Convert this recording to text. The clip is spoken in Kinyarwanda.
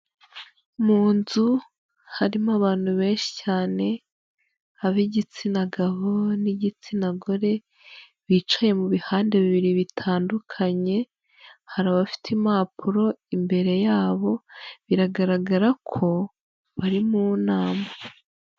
Mu nzu harimo abantu benshi cyane ab'igitsina gabo n'igitsina gore bicaye mu bihande bibiri bitandukanye, hari abafite impapuro imbere yabo biragaragara ko bari mu nama.